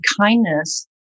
kindness